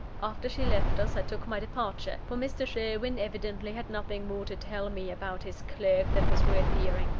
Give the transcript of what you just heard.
after she left us, i took my departure for mr. sherwin evidently had nothing more to tell me about his clerk that was worth hearing.